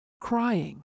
crying